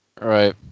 Right